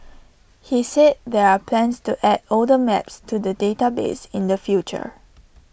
he said there are plans to add older maps to the database in the future